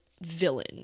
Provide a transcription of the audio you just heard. villain